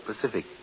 Pacific